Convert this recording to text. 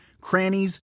crannies